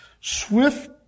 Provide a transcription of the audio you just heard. Swift